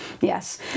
Yes